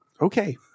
Okay